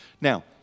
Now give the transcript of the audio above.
Now